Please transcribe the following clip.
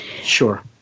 Sure